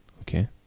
Okay